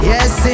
Yes